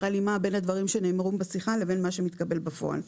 הלימה בין הדברים שנאמרו בשיחה לבין מה שמתקבל בפועל.